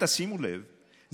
"זכאים" תשימו לב,